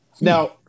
Now